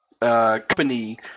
company